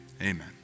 amen